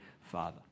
father